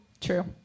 true